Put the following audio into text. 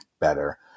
better